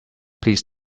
please